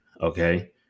okay